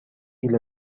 إلى